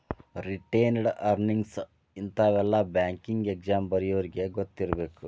retained earnings ಇಂತಾವೆಲ್ಲ banking exam ಬರ್ಯೋರಿಗಿ ಗೊತ್ತಿರ್ಬೇಕು